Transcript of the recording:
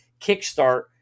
kickstart